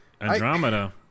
Andromeda